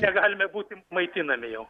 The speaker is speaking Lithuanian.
negalime būti maitinami jau